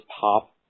pop